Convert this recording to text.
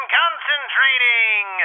concentrating